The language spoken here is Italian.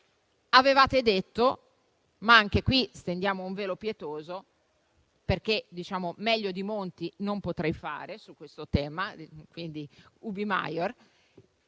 Avevate detto - ma anche qui stendiamo un velo pietoso, perché meglio del senatore Monti non potrei fare su questo tema: *ubi maior*